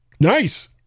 Nice